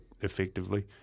effectively